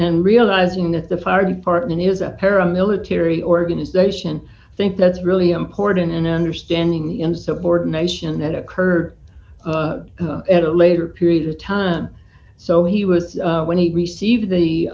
and realizing that the fire department is a paramilitary organization i think that's really important in understanding insubordination that occurred at a later period of time so he was when he received the